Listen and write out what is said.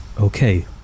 Okay